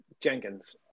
Jenkins